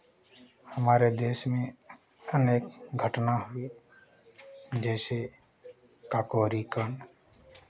हमारे देश में अनेक घटना हुई जैसे काकोरी कांड